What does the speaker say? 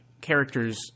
characters